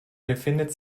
befindet